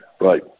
Right